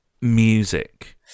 music